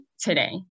today